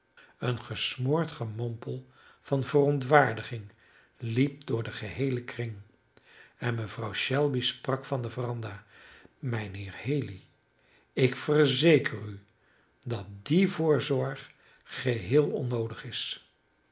een gesmoord gemompel van verontwaardiging liep door den geheelen kring en mevrouw shelby sprak van de veranda mijnheer haley ik verzeker u dat die voorzorg geheel onnoodig is